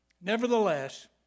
nevertheless